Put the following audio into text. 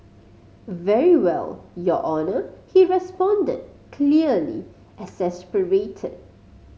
very well your Honour he responded clearly exasperated